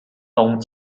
东京